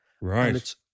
Right